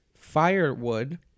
firewood